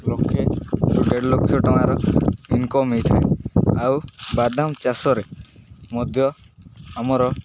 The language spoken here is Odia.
ଲକ୍ଷେରୁ ଦେଢ଼ ଲକ୍ଷ ଟଙ୍କାର ଇନ୍କମ୍ ହୋଇଥାଏ ଆଉ ବାଦାମ ଚାଷରେ ମଧ୍ୟ ଆମର